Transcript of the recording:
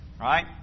right